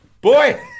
boy